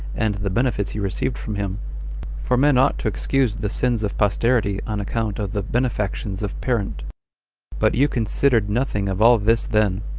and the benefits you received from him for men ought to excuse the sins of posterity on account of the benefactions of parent but you considered nothing of all this then,